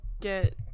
get